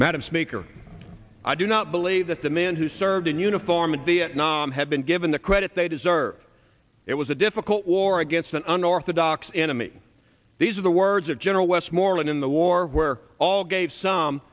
madam speaker i do not believe that the man who served in uniform in vietnam had been given the credit they deserve it was a difficult war against an unorthodox enemy these are the words of general westmoreland in the war we're all gave some